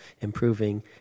improving